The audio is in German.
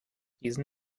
diesen